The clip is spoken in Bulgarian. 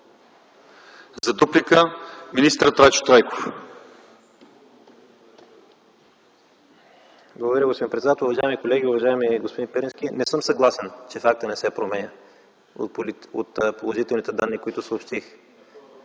За дуплика – министър Трайчо Трайков.